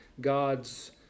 God's